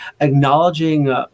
acknowledging